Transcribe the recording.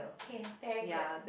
okay very good